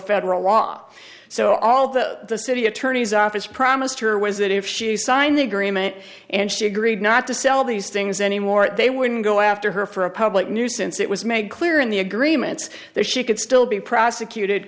federal law so on all the city attorney's office promised her was that if she signed the agreement and she agreed not to sell these things anymore they wouldn't go after her for a public nuisance it was made clear in the agreements that she could still be prosecuted